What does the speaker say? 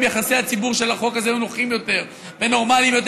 אם יחסי הציבור של החוק הזה היו נוחים יותר ונורמליים יותר,